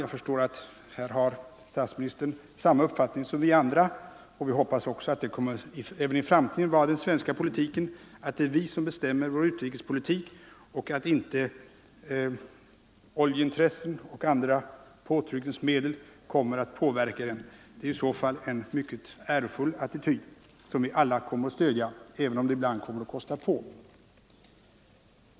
Jag förstår att statsministern på den punkten har samma uppfattning som vi andra, och vi hoppas att även i framtiden den svenska politiken kommer att innebära att det är vi som bestämmer vår utrikespolitik och att inte oljeintressen och andra påtryckningsmedel kommer att påverka den. Det är i så fall en mycket ärofull attityd, som vi alla kommer att stödja - även om det ibland kommer att kosta på.